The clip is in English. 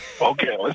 Okay